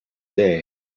day